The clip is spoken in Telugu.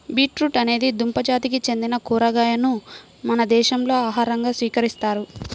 బీట్రూట్ అనేది దుంప జాతికి చెందిన కూరగాయను మన దేశంలో ఆహారంగా స్వీకరిస్తారు